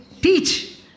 Teach